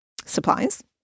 supplies